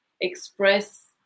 express